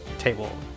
table